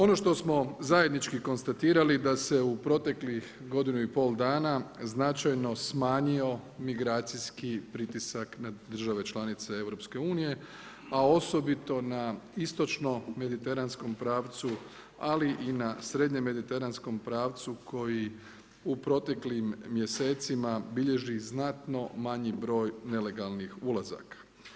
Ono što smo zajednički konstatirali da se u proteklih godinu i pol dana značajno smanjio migracijski pritisak na države članice EU, a osobito na istočno-mediteranskom pravcu ali i na srednje-mediteranskom pravcu koji u proteklim mjesecima bilježi znatno manji broj nelegalnih ulazaka.